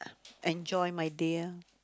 enjoy my day ah